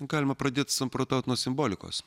galima pradėt samprotaut nuo simbolikos